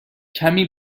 کمی